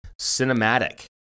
cinematic